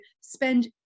spend